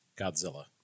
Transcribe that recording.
Godzilla